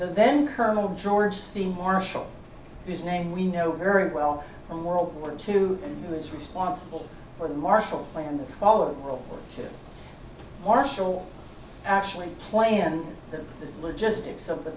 then colonel george c marshall whose name we know very well from world war two and who was responsible for the marshall plan the following world war two marshall actually play in the logistics of the